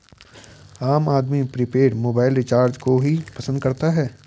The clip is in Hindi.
आम आदमी प्रीपेड मोबाइल रिचार्ज को ही पसंद करता है